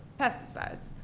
pesticides